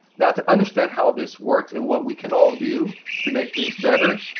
now, to understand how this works, and what we can all do to make things better,